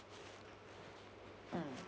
mm